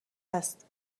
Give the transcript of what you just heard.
هست